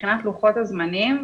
מבחינת לוחות הזמנים,